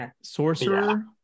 Sorcerer